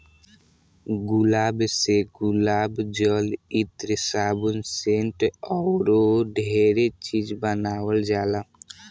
गुलाब से गुलाब जल, इत्र, साबुन, सेंट अऊरो ढेरे चीज बानावल जाला